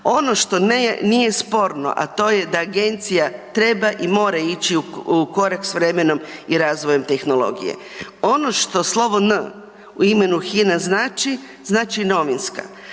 nije sporno, a to je da agencija treba i mora ići u korak s vremenom i razvojem tehnologije. Ono što slovo N u imenu Hina znači znači „novinska“.